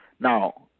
Now